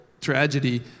tragedy